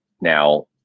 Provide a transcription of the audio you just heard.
Now